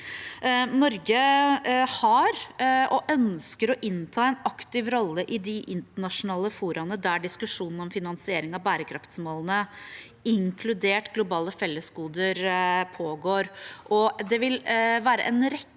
Norge har og ønsker å innta en aktiv rolle i de internasjonale foraene der diskusjonen om finansiering av bærekraftsmålene, inkludert globale fellesgoder, pågår.